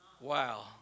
Wow